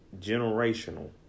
Generational